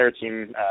team